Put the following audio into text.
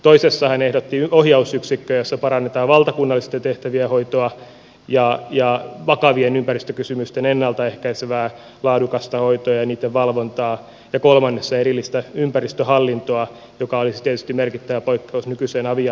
toisessa hän ehdotti ohjausyksikköä jossa parannetaan valtakunnallisten tehtävien hoitoa ja vakavien ympäristökysymysten ennalta ehkäisevää laadukasta hoitoa ja valvontaa ja kolmannessa erillistä ympäristöhallintoa joka olisi tietysti merkittävä poikkeus nykyiseen avi ja ely maailmaan